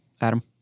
adam